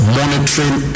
monitoring